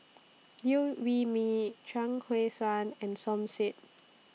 Liew Wee Mee Chuang Hui Tsuan and Som Said